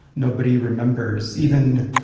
nobody remembers, even,